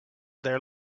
there